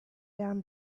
down